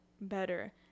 better